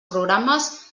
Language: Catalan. programes